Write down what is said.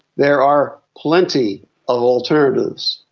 there are plenty of alternatives.